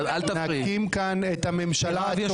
וגם נבחרי ציבור מורשעים בדין כשהם עוברים עבירה.